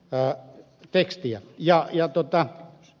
tämä on aika mielenkiintoista tekstiä